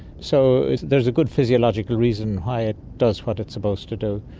so there's a good physiological reason why it does what it's supposed to do.